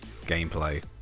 gameplay